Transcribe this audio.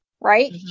right